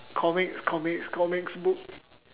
comics comics comics book